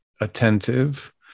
attentive